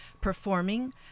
performing